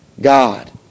God